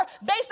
based